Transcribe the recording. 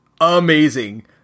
amazing